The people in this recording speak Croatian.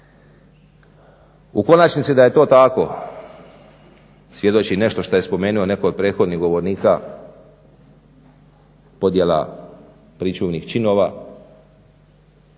U konačnici da je to tako svjedoči i nešto što je spomenuo netko od prethodnih govornika podjela pričuvnih činova